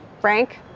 Frank